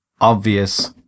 obvious